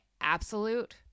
absolute